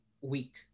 week